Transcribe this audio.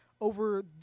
over